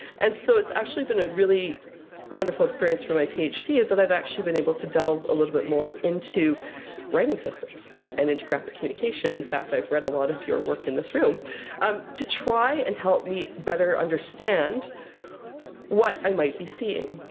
and so it's actually been a really wonderful experience for my phd is that i've actually been able to delve a little bit more into writing systems and into graphic communication in fact, i've read a lot of your work in this room um to try and help me better understand what i might be seeing.